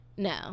No